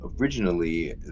originally